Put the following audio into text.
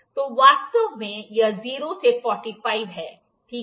तो वास्तव में यह 0 से 45 है ठीक है